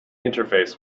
interface